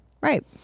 right